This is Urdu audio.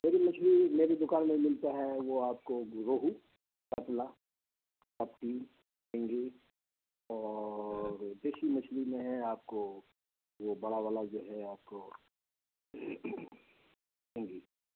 میری مچھلی میری دوکان میں ملتے ہیں وہ آپ کو روہو کتلہ لپکی سنگھی اور دیسی مچھلی میں ہے آپ کو وہ بڑا والا جو ہے آپ کو سنگھی